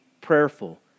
prayerful